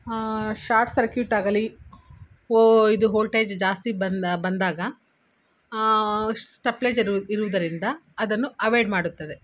short circuit ಆಗಲಿ ಇದು voltage ಜಾಸ್ತಿ ಬಂದ ಬಂದಾಗ ಸ್ಟೇಪ್ಲೈಜರ್ ಇರುವುದರಿಂದ ಅದನ್ನು ಅವಾಯ್ಡ್ ಮಾಡುತ್ತದೆ